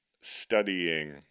studying